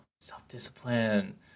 Self-discipline